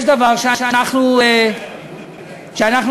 יש דבר שאנחנו פיצלנו,